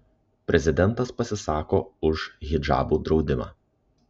prezidentas pasisako už hidžabų draudimą